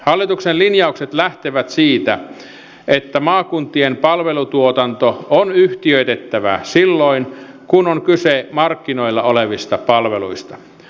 hallituksen linjaukset lähtevät siitä että maakuntien palvelutuotanto on yhtiöitettävä silloin kun on kyse markkinoilla olevista palveluista